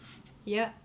yeah